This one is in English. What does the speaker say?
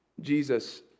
Jesus